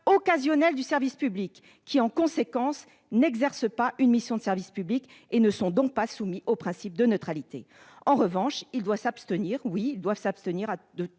occasionnels du service public ; en conséquence, n'exerçant pas une mission de service public, ils ne sont donc pas soumis au principe de neutralité. En revanche, ils doivent bel et bien s'abstenir